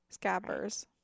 Scabbers